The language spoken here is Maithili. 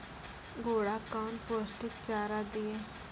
घोड़ा कौन पोस्टिक चारा दिए?